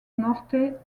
norte